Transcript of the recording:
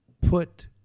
put